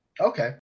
Okay